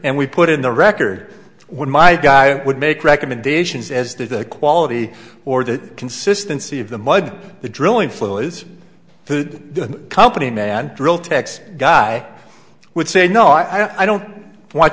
and we put in the record when my guy would make recommendations as to the quality or the consistency of the mud the drilling fluids food the company man drill techs guy would say no i don't want